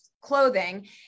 clothing